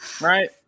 right